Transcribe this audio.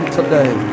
today